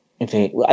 Okay